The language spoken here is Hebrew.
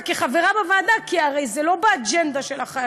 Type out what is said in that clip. כחברה בוועדה כי הרי זה לא באג'נדה שלה,